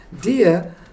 dear